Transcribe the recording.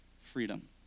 freedom